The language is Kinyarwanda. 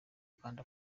kandi